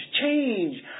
change